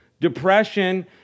depression